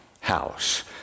house